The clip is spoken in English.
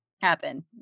happen